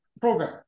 program